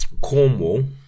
Cornwall